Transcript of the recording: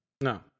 No